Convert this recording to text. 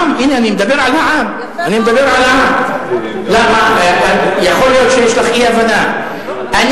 אני מקווה שבכל האזור יהיו חילופי שלטון כל שלוש שנים,